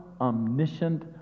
omniscient